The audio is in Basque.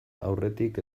aurretik